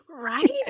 Right